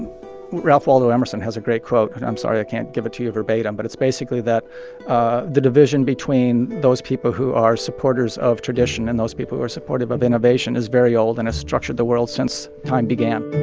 ralph waldo emerson has a great quote, and i'm sorry i can't give it to you verbatim. but it's basically that ah the division between those people who are supporters of tradition and those people who are supportive of innovation is very old and has structured the world since time began